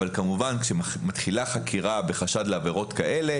אבל כמובן כשמתחילה חקירה בחשד לעבירות כאלה,